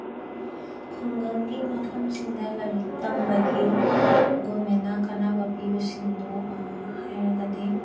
ꯈꯨꯡꯒꯪꯒꯤ ꯃꯐꯝꯁꯤꯡꯗ ꯂꯥꯏꯔꯤꯛ ꯇꯝꯕꯒꯤ ꯒꯣꯔꯃꯦꯟꯅ ꯀꯥꯟꯅꯕ ꯄꯤꯕꯁꯤꯡꯗꯣ ꯍꯥꯏꯔꯒꯗꯤ